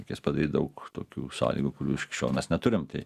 reikės padaryt daug tokių sąlygų kurių iki šiol mes neturim tai